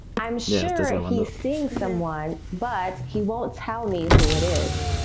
i'm sure he's seeing someone, but he won't tell me who it is